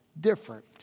different